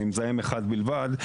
ממזהם אחד בלבד,